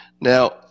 Now